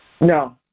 No